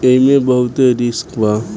एईमे बहुते रिस्क बा